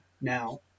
Now